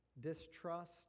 distrust